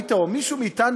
או מישהו מאתנו,